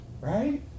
Right